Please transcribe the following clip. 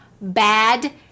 bad